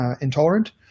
intolerant